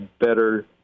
better